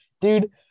dude